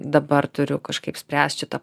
dabar turiu kažkaip spręst šitą